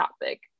topic